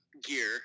gear